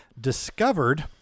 discovered